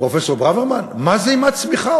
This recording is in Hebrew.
פרופסור ברוורמן, מה קורה עם הצמיחה?